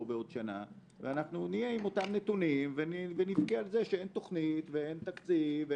בעוד שנה ואנחנו נהייה עם אותם נתונים ונבכה על זה שאין תכנית ואין תקציב.